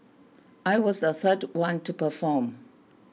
I was the third one to perform